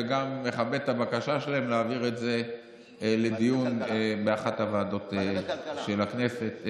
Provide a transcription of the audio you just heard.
וגם מכבד את הבקשה שלהם להעביר את זה לדיון באחת הוועדות של הכנסת.